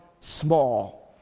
small